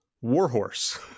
Warhorse